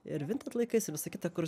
ir laikais ir visą kita kur